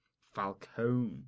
Falcone